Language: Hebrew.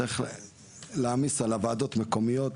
צריך להעמיס על ועדות מקומיות.